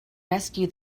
rescue